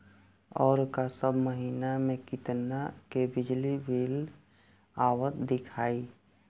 ओर का सब महीना में कितना के बिजली बिल आवत दिखाई